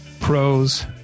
pros